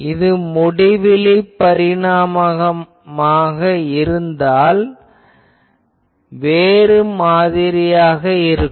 இது முடிவிலி பரிமாணமாக இருந்தால் இது வேறுமாதிரியாக இருக்கும்